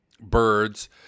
birds